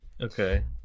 Okay